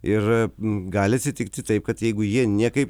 ir gali atsitikti taip kad jeigu jie niekaip